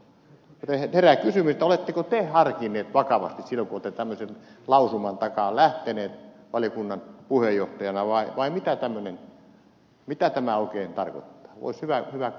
herää kysymys oletteko te harkinnut vakavasti silloin kun olette tämmöisen lausuman taakse lähtenyt valiokunnan puheenjohtajana vai mitä tämä oikein tarkoittaa